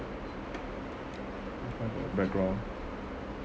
why got background